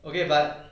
okay but